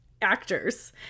actors